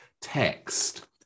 text